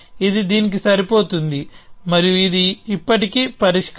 ఇది దీనికి సరిపోతుంది మరియు ఇది ఇప్పటికీ పరిష్కారం